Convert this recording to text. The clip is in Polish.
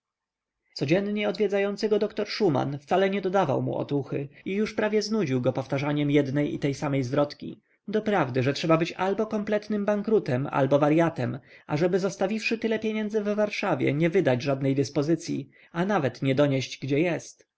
codziennie odwiedzający go doktor szuman wcale nie dodawał mu otuchy i już prawie znudził go powtarzaniem jednej i tej samej zwrotki doprawdy że trzeba być albo kompletnym bankrutem albo waryatem ażeby zostawiwszy tyle pieniędzy w warszawie nie wydać żadnej dyspozycyi a nawet nie donieść gdzie jest